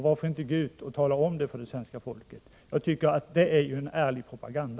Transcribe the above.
Varför inte tala om det för svenska folket? Det vore en ärlig propaganda.